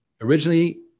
Originally